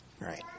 right